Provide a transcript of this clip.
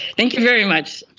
thank you very much.